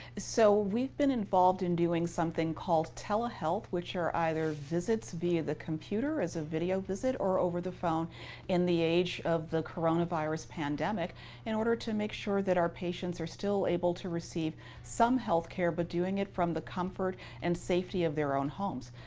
so we've been involved in doing something called telehealth, which are either visits via the computer as a video visit or over the phone in the age of the coronavirus pandemic in order to make sure that our patients are still able to receive some health care but doing it from the comfort and safety of their own homes.